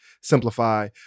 simplify